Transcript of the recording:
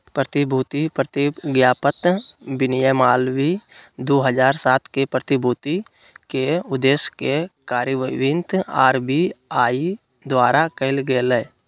प्रतिभूति प्रतिज्ञापत्र विनियमावली दू हज़ार सात के, प्रतिभूति के उद्देश्य के कार्यान्वित आर.बी.आई द्वारा कायल गेलय